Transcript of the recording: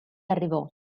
arrivò